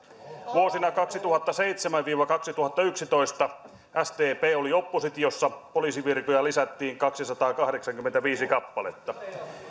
vuosina kaksituhattaseitsemän viiva kaksituhattayksitoista sdp oli oppositiossa poliisivirkoja lisättiin kaksisataakahdeksankymmentäviisi kappaletta